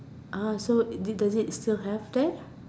uh so it does it still have that